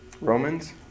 Romans